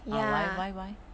ah why why why